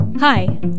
Hi